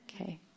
Okay